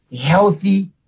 healthy